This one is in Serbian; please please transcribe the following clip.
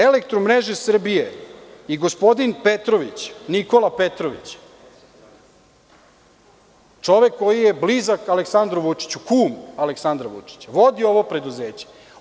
Elektromreže Srbije“ i gospodin Nikola Petrović, čovek koji je blizak Aleksandru Vučiću, kum Aleksandra Vučića, vodi ovo preduzeće.